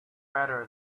better